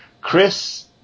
Chris